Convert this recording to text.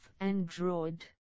Android